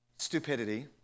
stupidity